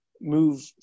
move